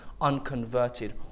unconverted